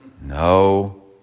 No